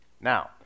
Now